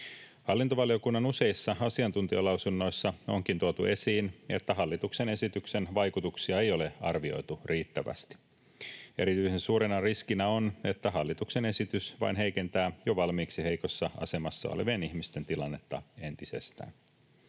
Hallintovaliokunnan useissa asiantuntijalausunnoissa onkin tuotu esiin, että hallituksen esityksen vaikutuksia ei ole arvioitu riittävästi. Erityisen suurena riskinä on, että hallituksen esitys vain heikentää jo valmiiksi heikossa asemassa olevien ihmisten tilannetta entisestään.